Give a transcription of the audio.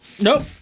Nope